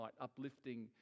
uplifting